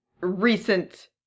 recent